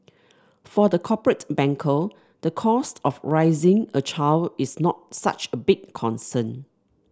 for the corporate banker the cost of raising a child is not such a big concern